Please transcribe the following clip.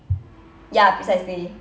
ya precisely